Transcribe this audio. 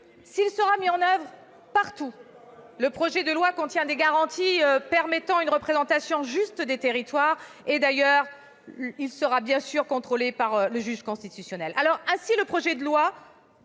S'il est mis en oeuvre partout, le projet de loi contient des garanties permettant une représentation juste des territoires. D'ailleurs, il sera bien sûr contrôlé par le juge constitutionnel. Ainsi, le projet de loi